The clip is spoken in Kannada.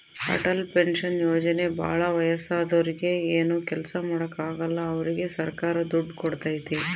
ಅಟಲ್ ಪೆನ್ಶನ್ ಯೋಜನೆ ಭಾಳ ವಯಸ್ಸಾದೂರಿಗೆ ಏನು ಕೆಲ್ಸ ಮಾಡಾಕ ಆಗಲ್ಲ ಅವ್ರಿಗೆ ಸರ್ಕಾರ ದುಡ್ಡು ಕೋಡ್ತೈತಿ